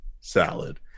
salad